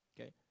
Okay